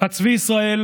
"הצבי ישראל